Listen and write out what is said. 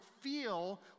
feel